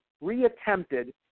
re-attempted